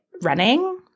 running